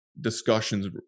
discussions